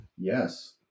Yes